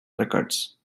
records